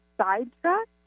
sidetracked